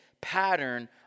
pattern